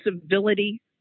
civility